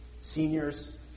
seniors